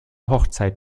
hochzeit